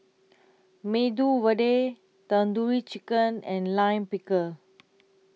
Medu Vada Tandoori Chicken and Lime Pickle